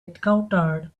encountered